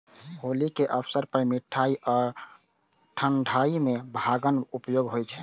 होली के अवसर पर मिठाइ आ ठंढाइ मे भांगक उपयोग होइ छै